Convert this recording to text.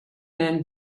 man